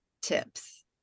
tips